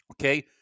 Okay